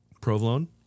provolone